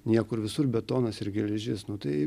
niekur visur betonas ir geležis nu tai